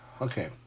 okay